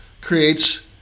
creates